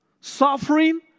Suffering